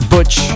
Butch